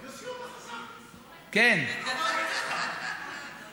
יוסי יונה חזר, לא מאמין לך.